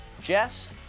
Jess